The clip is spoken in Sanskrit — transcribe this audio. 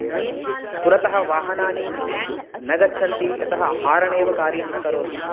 पुरतः वाहनानि न गच्छन्ति यतः हारण् तदतिरिच्यएव कार्यं न करोति